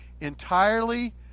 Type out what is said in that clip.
entirely